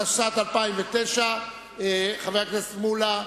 התשס"ט 2009. חבר הכנסת מולה,